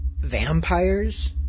vampires